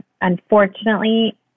Unfortunately